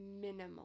minimal